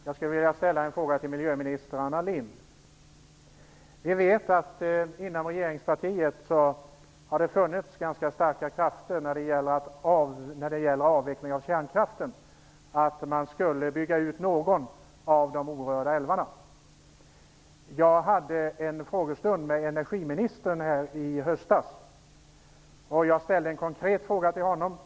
Fru talman! Jag vill ställa en fråga till miljöminister Anna Lindh. Vi att det inom regeringspartiet har funnits ganska starka krafter för att bygga ut någon av de orörda älvarna vid avvecklingen av kärnkraften. Vid en frågestund i höstas ställde jag en konkret fråga till energiministern.